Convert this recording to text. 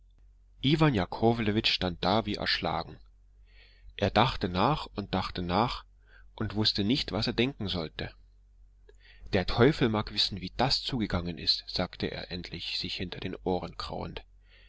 iwan jakowlewitsch stand da wie erschlagen er dachte nach und dachte nach und wußte nicht was er denken sollte der teufel mag wissen wie das zugegangen ist sagte er endlich sich hinter den ohren krauend